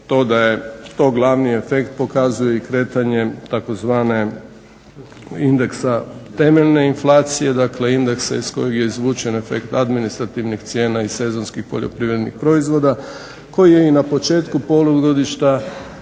to glavni efekt pokazuje i kretanje tzv. indeksa temeljne inflacije, dakle indeksa iz kojeg je izvučen efekt administrativnih cijena i sezonskih poljoprivrednih proizvoda koji je i na početku polugodišta